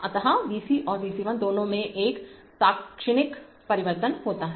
अत V c और V c1 दोनों में एक तात्क्षणिक परिवर्तन होता है